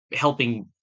helping